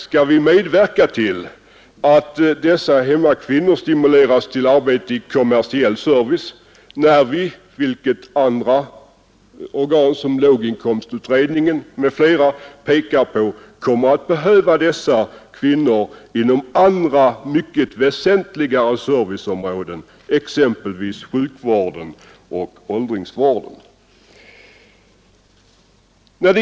Skall vi medverka till att dessa hemmakvinnor stimuleras till arbete i kommersiell service när vi — vilket organ som långtidsutredningen m.fl. pekar på — kommer att behöva dessa kvinnor inom andra mycket väsentligare serviceområden, exempelvis sjukvården och åldringsvården?